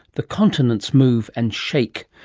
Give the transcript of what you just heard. the continents move and shake.